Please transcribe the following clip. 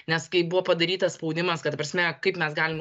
nes kai buvo padarytas spaudimas kad ta prasme kaip mes galim